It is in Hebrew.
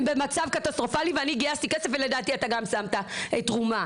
הם במצב קטסטרופלי ואני גייסתי כסף ולדעתי אתה גם שמת תרומה.